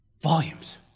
Volumes